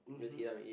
mmhmm